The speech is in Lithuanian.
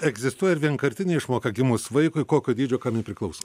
egzistuoja ir vienkartinė išmoka gimus vaikui kokio dydžio kam ji priklauso